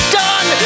done